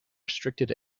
restricted